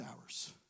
hours